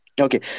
Okay